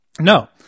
No